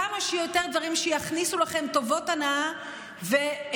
כמה שיותר דברים שיכניסו לכם טובות הנאה וקומבינות,